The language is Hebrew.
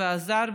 ועזר,